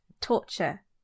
torture